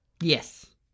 Yes